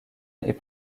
est